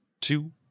two